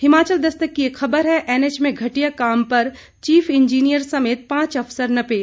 हिमाचल दस्तक की एक खबर है एनएएच में घटिया काम पर चीफ इंजीनियर समेत पांच अफसर नपे